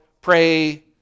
pray